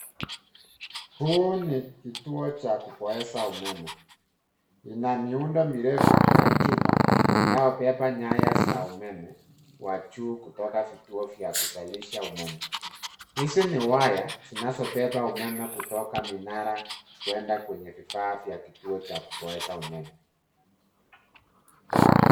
Huu ni kituo cha kupoesha umeme. Ina miundo mirefu ya chuma inayobeba nyaya za umeme wa juu kutoka vituo vya kuzalisha umeme. Hizi ni waya zinazobeba umeme kutoka minara kwenda kwenye vifaa vya kituo cha kupoesha umeme.